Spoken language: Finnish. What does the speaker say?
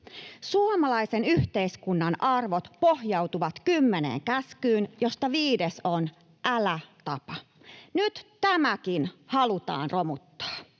Suomalaisen yhteiskunnan arvot pohjautuvat kymmeneen käskyyn, joista viides on ”Älä tapa”. Nyt tämäkin halutaan romuttaa.